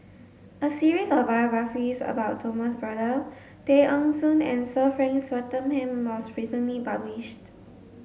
a series of biographies about Thomas Braddell Tay Eng Soon and Sir Frank Swettenham was recently published